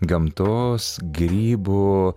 gamtos grybų